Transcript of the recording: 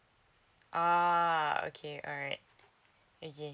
uh okay alright okay